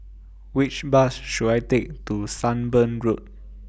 Which Bus should I Take to Sunbird Road